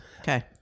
Okay